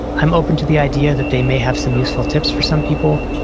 i'm open to the idea that they may have some useful tips for some people.